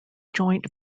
joint